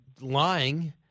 lying